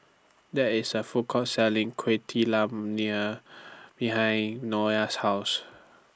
There IS A Food Court Selling Kueh behind Nola's House